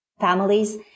families